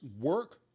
work